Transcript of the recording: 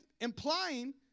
Implying